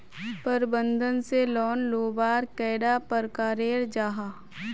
प्रबंधन से लोन लुबार कैडा प्रकारेर जाहा?